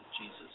Jesus